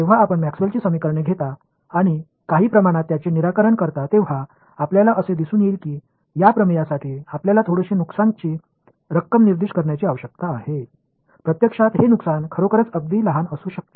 जेव्हा आपण मॅक्सवेलची समीकरणे घेता आणि काही प्रमाणात त्याचे निराकरण करता तेव्हा आपल्याला असे दिसून येईल की या प्रमेयासाठी आपल्याला थोडीशी नुकसानीची रक्कम निर्दिष्ट करण्याची आवश्यकता आहे प्रत्यक्षात हे नुकसान खरोखरच अगदी लहान असू शकते